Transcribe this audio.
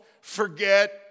forget